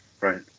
Right